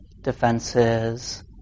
defenses